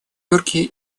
йорке